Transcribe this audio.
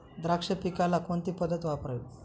द्राक्ष पिकाला कोणती पद्धत वापरावी?